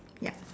yup